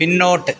പിന്നോട്ട്